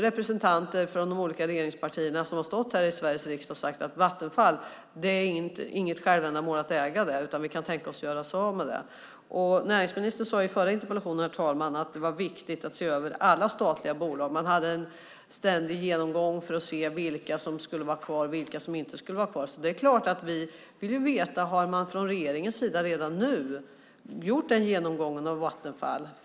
Representanter från de olika regeringspartierna har stått här i Sveriges riksdag och sagt att det inte är något självändamål att äga Vattenfall och att man kan tänka sig att göra sig av med det. Näringsministern sade i förra interpellationsdebatten, herr talman, att det är viktigt att se över alla statliga bolag. Man har en ständig genomgång för att se vilka som ska vara kvar och vilka som inte ska vara kvar. Det är klart att vi vill veta om man från regeringens sida redan nu har gjort den genomgången av Vattenfall.